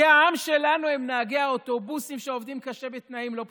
כי העם שלנו הם נהגי האוטובוסים שעובדים קשה בתנאים לא פשוטים,